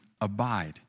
abide